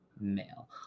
male